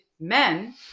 men